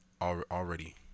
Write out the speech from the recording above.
already